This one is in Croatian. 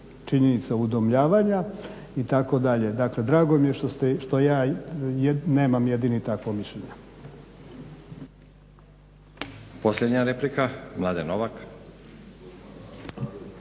činjenica udomljavanja itd. Dakle, drago mi je što ja nemam jedini takvo mišljenje.